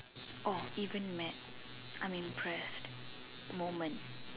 oh even mad I'm impressed moment